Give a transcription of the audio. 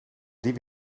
dvd